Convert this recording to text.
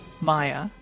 Maya